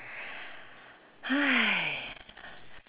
!hais!